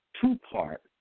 two-part